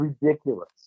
ridiculous